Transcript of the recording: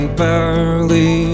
barely